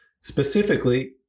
Specifically